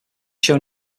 shown